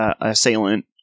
assailant